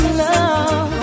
love